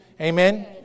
Amen